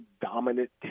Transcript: dominant